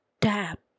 tap